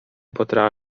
potra